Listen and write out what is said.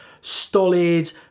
stolid